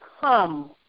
come